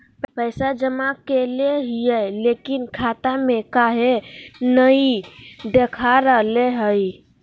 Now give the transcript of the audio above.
पैसा जमा कैले हिअई, लेकिन खाता में काहे नई देखा रहले हई?